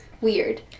weird